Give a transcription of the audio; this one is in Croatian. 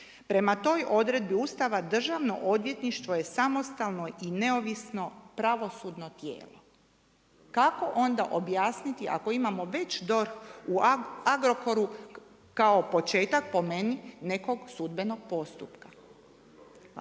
Prema toj odredbi Ustava državno odvjetništvo je samostalno i neovisno pravosudno tijelo. Kako onda objasniti ako imamo već DORH u Agrokoru kao početak, po meni, nekog sudbenog postupka? Hvala.